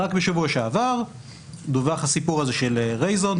רק בשבוע שעבר דווח הסיפור הזה של רייזון,